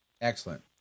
Excellent